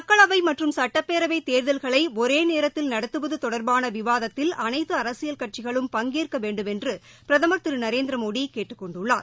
மக்களவை மற்றம் சட்டப்பேரவை தேர்தல்களை ஒரே நேரத்தில் நடத்துவது தொடர்பான விவாதத்தில் அனைத்து அரசியல் கட்சிகளும் பங்கேற்க வேண்டும் என்று பிரதமர் திரு நரேந்திர மோடி கேட்டுக் கொண்டுள்ளார்